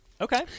Okay